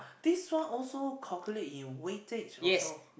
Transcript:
this one also calculate in wastage also